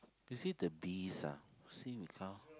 you see the bees see me count